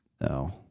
No